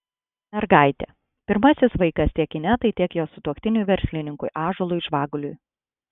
mergaitė pirmasis vaikas tiek inetai tiek jos sutuoktiniui verslininkui ąžuolui žvaguliui